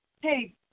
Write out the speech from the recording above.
Hey